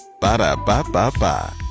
Ba-da-ba-ba-ba